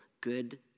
good